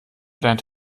lernt